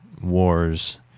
wars